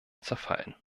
zerfallen